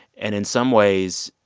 and in some ways,